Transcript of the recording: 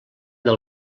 del